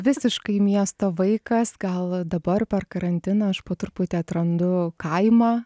visiškai miesto vaikas gal dabar per karantiną aš po truputį atrandu kaimą